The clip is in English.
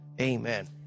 Amen